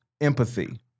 empathy